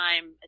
time